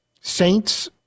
Saints